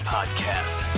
Podcast